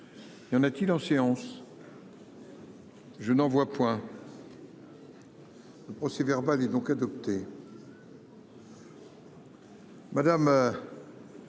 y en a-t-il en séance. Je n'en vois point. Le procès verbal est donc adopté.